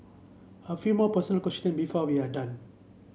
a few more personal question before we are done